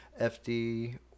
fd